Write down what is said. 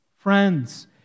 friends